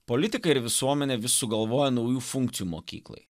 politikai ir visuomenė vis sugalvoja naujų funkcijų mokyklai